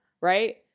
right